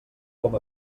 com